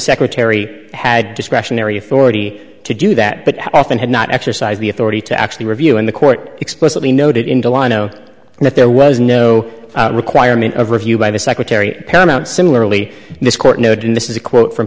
secretary had discretionary authority to do that but often had not exercised the authority to actually review in the court explicitly noted in july no and that there was no requirement of review by the secretary paramount similarly this court noted this is a quote from